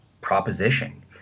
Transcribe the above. proposition